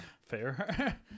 fair